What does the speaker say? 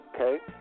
Okay